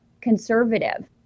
conservative